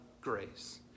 grace